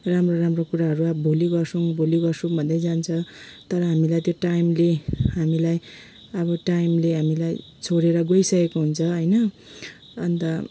राम्रो राम्रो कुराहरू अब भोलि गर्छौँ भोलि गर्छौँ भन्दै जान्छ तर हामीलाई त्यो टाइमले हामीलाई अब टाइमले हामीलाई छोडेर गोइसकेको हुन्छ होइन अन्त